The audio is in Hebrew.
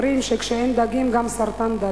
אומרים שכשאין דגים, גם סרטן דג.